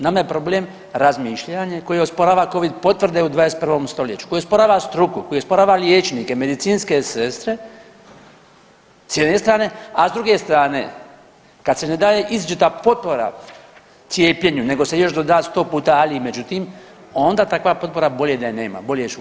Nama je problem razmišljanje koje osporava Covid potvrde u 21. stoljeću, koje osporava struku, koji osporava liječnike, medicinske sestre, s jedne strane, a s druge strane, kad se ne daje izričita potpora cijepljenju, nego se još doda 100 puta ali međutim, onda takva potpora bolje da je nema, bolje je šutjeti.